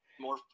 More